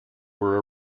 were